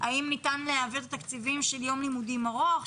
האם ניתן להעביר תקציבים של יום לימודים ארוך,